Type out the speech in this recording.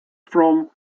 from